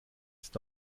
ist